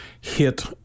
hit